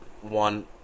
one